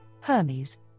Hermes